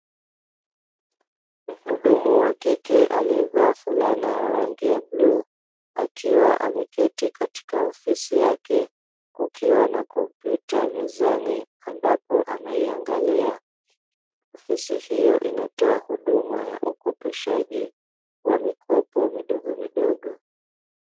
Muhudumu wa kike akiwa amevaa fulana ya bluu akiwa ameketi katika ofisi yake, kukiwa na komputa mezani ambayo anaiangalia ofisi hio inatoa huduma ya ukioneshaji wa mikopo midogo midogo.